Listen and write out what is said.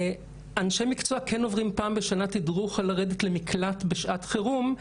אנשי מקצוע כן עוברים פעם בשנה תדרוך על לרדת למקלט בשעת חירום,